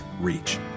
reach